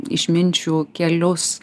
išminčių kelius